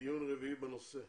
דיון רביעי בנושא.